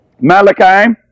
Malachi